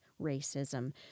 racism